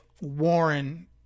Warren